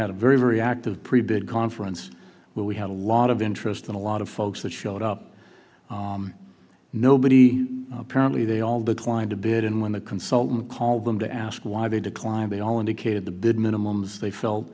had a very very active pretty big conference where we had a lot of interest in a lot of folks that showed up nobody apparently they all declined to bid and when the consultant called them to ask why they declined they all indicated the bid minimums they felt